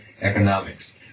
economics